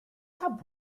app